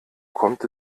kommt